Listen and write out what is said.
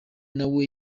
nawe